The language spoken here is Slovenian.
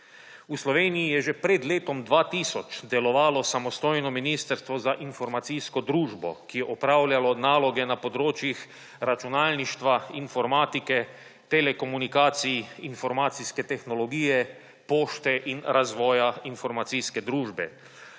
V Sloveniji je že pred letom 2000 delovalo samostojno ministrstvo za informacijsko družbo, ki je opravljalo naloge na področjih računalništva, informatike, telekomunikacij, informacijske tehnologije, pošte in razvoja informacijske družbe.